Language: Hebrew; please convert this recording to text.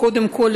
קודם כול,